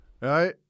Right